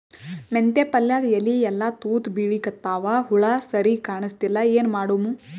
ಮೆಂತೆ ಪಲ್ಯಾದ ಎಲಿ ಎಲ್ಲಾ ತೂತ ಬಿಳಿಕತ್ತಾವ, ಹುಳ ಸರಿಗ ಕಾಣಸ್ತಿಲ್ಲ, ಏನ ಮಾಡಮು?